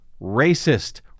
racist